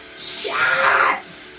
shots